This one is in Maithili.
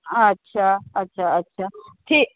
अच्छा अच्छा अच्छा अच्छा ठीक